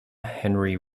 henry